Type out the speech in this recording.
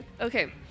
Okay